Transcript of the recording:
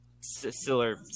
Siller